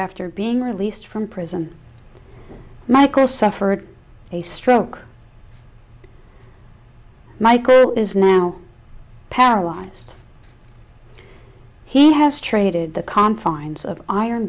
after being released from prison michael suffered a stroke michael is now paralyzed he has traded the confines of iron